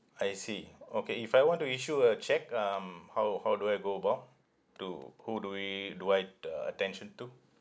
I see okay if I want to issue a cheque um how how do I go about to who do we do I ta~ attention to